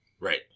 Right